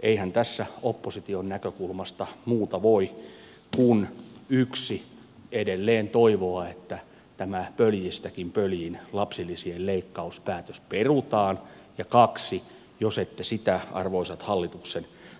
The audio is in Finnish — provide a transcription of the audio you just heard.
eihän tässä opposition näkökulmasta muuta voi kuin yksi edelleen toivoa että tämä pöljistäkin pöljin lapsilisien leikkauspäätös perutaan ja kaksi jos ette sitä arvoisat